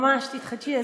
ממש, תתחדשי.